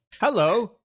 Hello